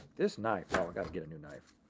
this knife, gotta get a new knife.